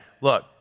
look